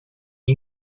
and